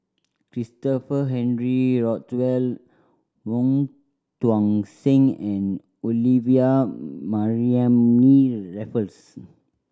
Christopher Henry Rothwell Wong Tuang Seng and Olivia Mariamne Raffles